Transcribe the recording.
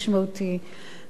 חברי חברי הכנסת,